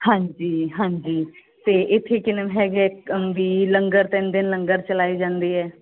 ਹਾਂਜੀ ਹਾਂਜੀ 'ਤੇ ਇਥੇ ਕਿਨਮ ਹੈਗੇ ਅਮ ਬਈ ਲੰਗਰ ਤਿੰਨ ਦਿਨ ਲੰਗਰ ਚਲਾਏ ਜਾਂਦੇ ਆ